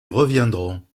reviendrons